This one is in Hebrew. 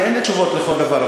אין לי תשובות לכל דבר,